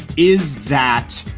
is that